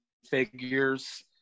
figures